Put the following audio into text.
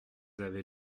avez